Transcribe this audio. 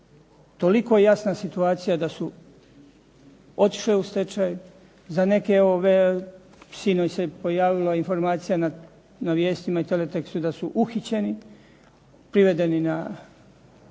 toliko jasna situacija da su otišle u stečaj, za neke sinoć se pojavila informacija na vijestima i teletekstu da su uhićeni, privedeni na